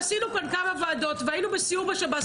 תאשרו את זה עד סוף השנה.